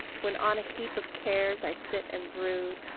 when on a heap of cares i sit and brood,